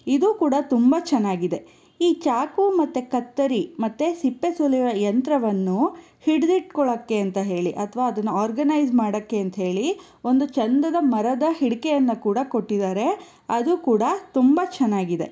ಇದು ಕೂಡ ತುಂಬ ಚೆನ್ನಾಗಿದೆ ಈ ಚಾಕು ಮತ್ತು ಕತ್ತರಿ ಮತ್ತು ಸಿಪ್ಪೆ ಸುಲಿಯುವ ಯಂತ್ರವನ್ನು ಹಿಡಿದಿಟ್ಕೊಳಕ್ಕೆ ಅಂತ ಹೇಳಿ ಅಥವಾ ಅದನ್ನು ಒರ್ಗನೈಸ್ ಮಾಡೋಕ್ಕೆ ಅಂತ್ಹೇಳಿ ಒಂದು ಚಂದದ ಮರದ ಹಿಡಿಕೆಯನ್ನು ಕೂಡ ಕೊಟ್ಟಿದ್ದಾರೆ ಅದು ಕೂಡ ತುಂಬ ಚೆನ್ನಾಗಿದೆ